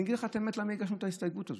אני אגיד לך את האמת למה הגשנו את ההסתייגות הזו.